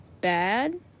bad